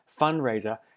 fundraiser